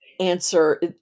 Answer